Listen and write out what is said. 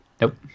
Nope